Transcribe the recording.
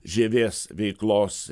žievės veiklos